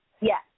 Yes